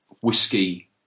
whiskey